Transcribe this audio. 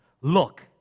Look